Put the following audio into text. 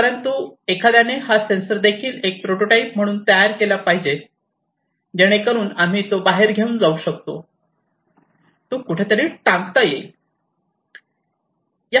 परंतु एखाद्याने हा सेन्सरदेखील एक प्रोटोटाईप म्हणून तयार केला पाहिजे जेणेकरून आम्ही तो बाहेर घेऊन जाऊ शकतो तो कुठेतरी टांगता येईल